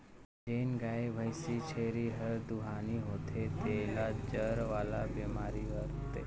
जेन गाय, भइसी, छेरी हर दुहानी होथे तेला जर वाला बेमारी हर होथे